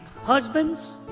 husbands